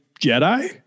jedi